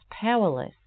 powerless